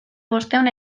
bostehun